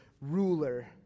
ruler